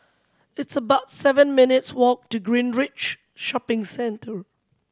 it's about seven minutes' walk to Greenridge Shopping Centre